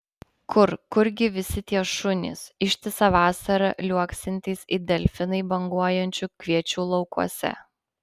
kur kurgi visi tie šunys ištisą vasarą liuoksintys it delfinai banguojančių kviečių laukuose